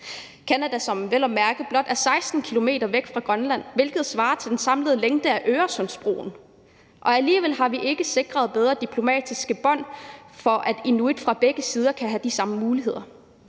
Canada, som vel at mærke blot er 16 km væk fra Grønland, hvilket svarer til den samlede længde af Øresundsbroen. Alligevel har vi ikke sikret bedre diplomatiske bånd, for at inuitfra begge sider kan få de samme muligheder.